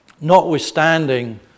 Notwithstanding